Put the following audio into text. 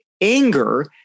anger